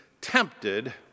tempted